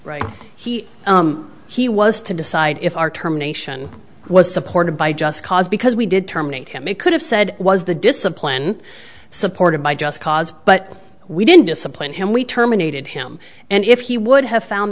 right he he was to decide if our term nation was supported by just cause because we did terminate him a could have said was the discipline supported by just cause but we didn't discipline him we terminated him and if he would have found